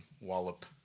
wallop